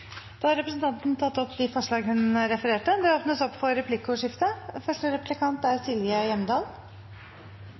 Da har representanten Åslaug Sem-Jacobsen tatt opp forslagene hun refererte til. For